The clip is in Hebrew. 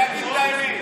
כמדומני,